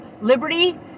Liberty